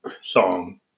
song